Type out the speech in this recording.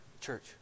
Church